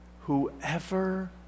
whoever